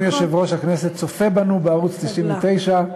אם יושב-ראש הכנסת צופה בנו בערוץ 99,